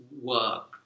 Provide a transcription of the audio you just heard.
work